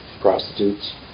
prostitutes